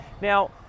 Now